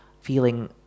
feeling